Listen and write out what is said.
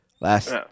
Last